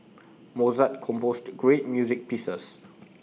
Mozart composed great music pieces